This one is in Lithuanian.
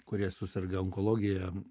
kurie suserga onkologija